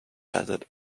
added